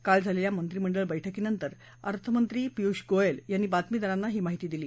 काल झालेल्या मंत्रिमंडळ बैठकीनंतर अर्थमंत्री पियुष गोयल यांनी बातमीदारांना ही माहिती दिली